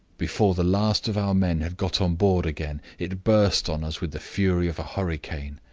before the last of our men had got on board again, it burst on us with the fury of a hurricane.